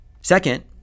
Second